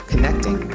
Connecting